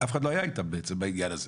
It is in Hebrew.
אף אחד לא היה איתם בעניין הזה.